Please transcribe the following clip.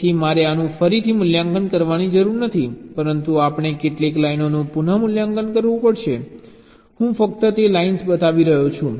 તેથી મારે આનું ફરીથી મૂલ્યાંકન કરવાની જરૂર નથી પરંતુ આપણે કેટલીક લાઇનોનું પુનઃમૂલ્યાંકન કરવું પડશે હું ફક્ત તે લાઇન્સ બતાવી રહ્યો છું